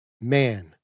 man